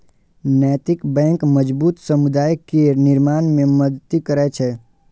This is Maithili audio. नैतिक बैंक मजबूत समुदाय केर निर्माण मे मदति करै छै